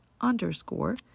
underscore